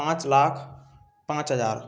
पाँच लाख पाँच हज़ार